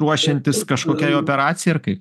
ruošiantis kažkokiai operacijai ar kai